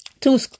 Two